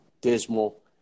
dismal